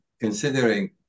considering